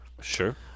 Sure